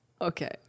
Okay